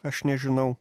aš nežinau